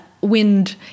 wind